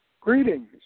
Greetings